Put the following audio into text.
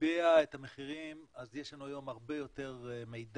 קיבע את המחירים אז יש לנו היום הרבה יותר מידע